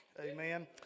Amen